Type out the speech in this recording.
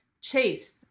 chase